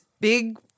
big